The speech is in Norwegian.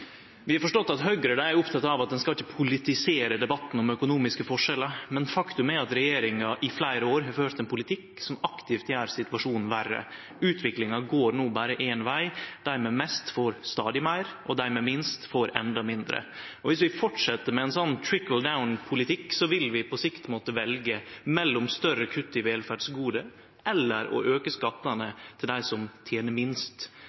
Vi har forstått at Høgre er oppteke av at ein ikkje skal politisere debatten om økonomiske forskjellar. Men faktum er at regjeringa i fleire år har ført ein politikk som aktivt gjer situasjonen verre. Utviklinga går no berre éin veg: Dei med mest får stadig meir, og dei med minst får enda mindre. Dersom vi fortset med ein slik trickle-down-politikk, vil vi på sikt måtte velje mellom større kutt i velferdsgode og å auke skattane til dei som tener minst.